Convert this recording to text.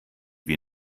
wie